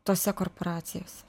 tose korporacijose